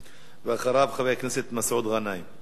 ואחריו, חבר הכנסת מסעוד גנאים.